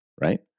right